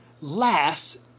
last